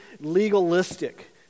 legalistic